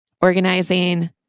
organizing